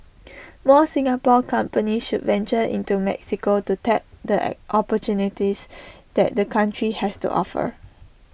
more Singapore companies should venture into Mexico to tap the opportunities that the country has to offer